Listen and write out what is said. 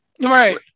right